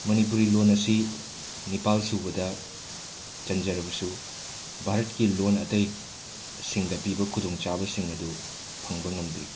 ꯃꯅꯤꯄꯨꯔꯤ ꯂꯣꯟ ꯑꯁꯤ ꯅꯤꯄꯥꯜ ꯁꯨꯕꯗ ꯆꯟꯖꯔꯕꯁꯨ ꯚꯥꯔꯠꯀꯤ ꯂꯣꯟ ꯑꯇꯩ ꯁꯤꯡꯗ ꯄꯤꯕ ꯈꯨꯗꯣꯡꯆꯥꯕꯁꯤꯡ ꯑꯗꯨ ꯐꯪꯕ ꯉꯝꯗ꯭ꯔꯤ